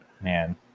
Man